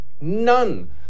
none